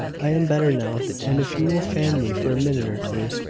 i am better now and if you will fan me for a minute or two,